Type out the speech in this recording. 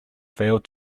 failed